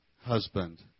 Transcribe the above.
husband